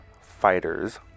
fighters